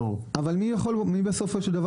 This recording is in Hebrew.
אבל מי ייפגע בסוף?